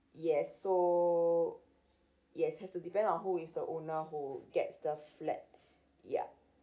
yes so yes have to depend on who is the owner who gets the flat yup